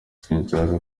sinshaka